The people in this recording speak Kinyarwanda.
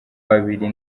babiri